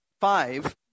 five